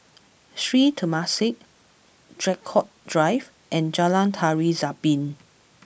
Sri Temasek Draycott Drive and Jalan Tari Zapin